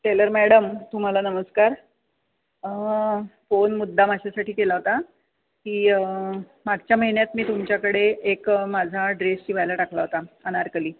teller madam तुम्हाला नमस्कार phone मुद्दाम अशासाठी केला होता की मागच्या महिन्यात मी तुमच्याकडे एक माझा ड्रेस शिवायला टाकला होता अनारकली